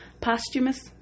posthumous